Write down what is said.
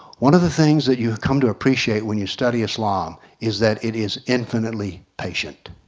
one other things that you come to appreciate when you study islam is that it is infinitely patient.